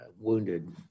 wounded